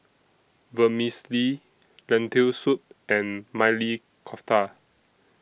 Vermicelli Lentil Soup and Maili Kofta